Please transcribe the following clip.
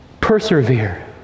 Persevere